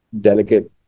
Delicate